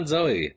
Zoe